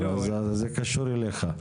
אז זה קשור אליך.